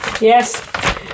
Yes